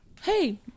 hey